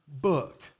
book